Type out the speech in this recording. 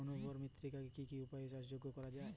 অনুর্বর মৃত্তিকাকে কি কি উপায়ে চাষযোগ্য করা যায়?